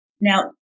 Now